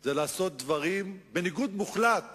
זה לעשות דברים בניגוד מוחלט